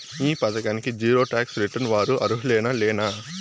ఈ పథకానికి zero tax returns వారు అర్హులేనా లేనా?